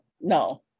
no